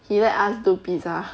he let us do pizza